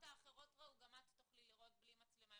האחרות ראו גם את תוכלי לראות בלי מצלמה.